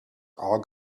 all